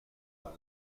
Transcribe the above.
خونه